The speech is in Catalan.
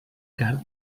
carn